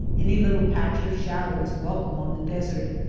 any little patch of shadow is welcome on the desert,